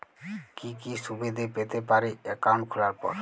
কি কি সুবিধে পেতে পারি একাউন্ট খোলার পর?